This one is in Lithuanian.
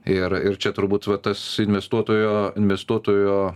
ir ir čia turbūt va tas investuotojo investuotojo